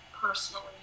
personally